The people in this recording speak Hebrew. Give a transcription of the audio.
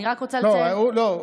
אני רק רוצה לציין, לא, הוא לא.